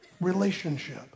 relationship